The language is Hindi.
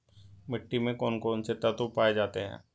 मिट्टी में कौन कौन से तत्व पाए जाते हैं?